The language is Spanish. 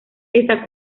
esta